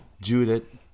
Judith